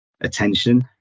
Attention